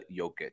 Jokic